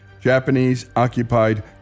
Japanese-occupied